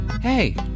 hey